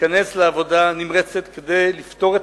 להיכנס לעבודה נמרצת כדי לפתור את